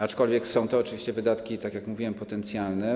Aczkolwiek są to oczywiście wydatki, tak jak mówiłem, potencjalne.